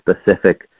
specific